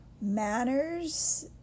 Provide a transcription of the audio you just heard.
Manners